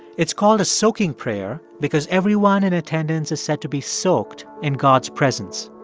it's called a soaking prayer because everyone in attendance is said to be soaked in god's presence.